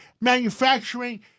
manufacturing